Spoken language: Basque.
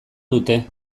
dute